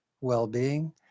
well-being